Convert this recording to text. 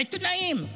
עיתונאים.